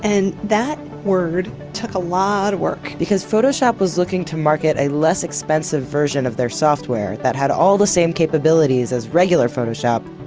and that word took a lot of work because photoshop was looking to market a less expensive version of their software that had all the same capabilities as regular photoshop,